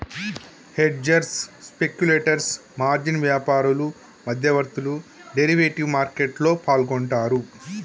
hedgers, speculators, margin వ్యాపారులు, మధ్యవర్తులు derivative మార్కెట్లో పాల్గొంటరు